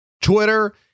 Twitter